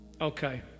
Okay